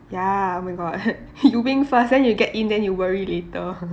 ya oh my god you wing first then you get in then you worry later